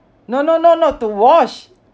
no no no not to wash